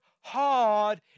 hard